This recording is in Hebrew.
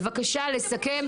בבקשה לסכם,